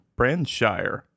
Branshire